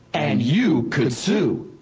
and you could sue.